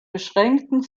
beschränkten